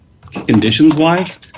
conditions-wise